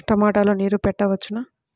టమాట లో నీరు పెట్టవచ్చునా?